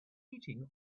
heating